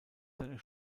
seiner